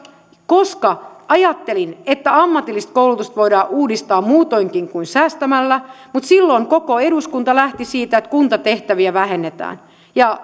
koska ajattelin että ammatillista koulutusta voidaan uudistaa muutoinkin kuin säästämällä mutta silloin koko eduskunta lähti siitä että kuntatehtäviä vähennetään